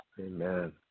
Amen